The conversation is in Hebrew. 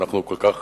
אנחנו כל כך